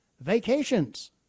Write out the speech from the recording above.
vacations